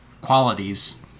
qualities